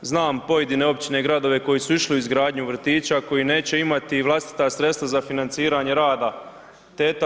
Znamo pojedine općine i gradove koji su išli u izgradnju vrtića koji neće imati vlastita sredstva za financiranje rada teta.